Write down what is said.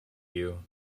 you